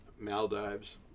Maldives